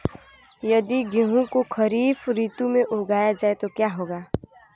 यदि गेहूँ को खरीफ ऋतु में उगाया जाए तो क्या होगा?